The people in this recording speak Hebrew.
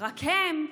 אבל הם,